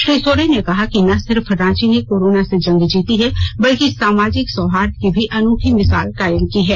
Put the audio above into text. श्री सोरेन ने कहा है कि न सिर्फ रांची ने कोरोना से जंग जीती है बल्कि सामाजिक सौहार्द की भी अनूठी मिसाल कायम की है